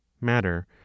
Matter